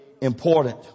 important